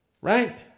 Right